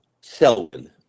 Selwyn